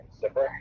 zipper